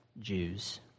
Jews